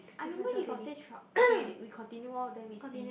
I remember he got say okay we continue lor then we see